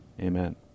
Amen